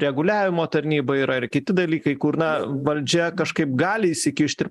reguliavimo tarnyba yra ir kiti dalykai kur na valdžia kažkaip gali įsikišti ir